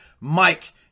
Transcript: Mike